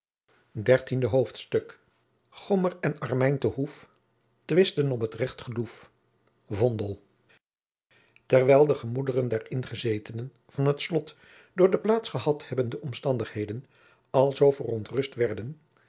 dertiende hoofdstuk gommer en armijn te hoef twistten om het recht geloef vo n d e l terwijl de gemoederen der ingezetenen van het slot door de plaats gehad hebbende omstandigheden alzoo verontrust werden